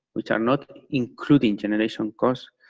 which are not including generational cost,